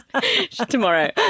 Tomorrow